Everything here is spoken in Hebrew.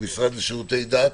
במשרד לשירותי דת.